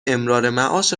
امرارمعاش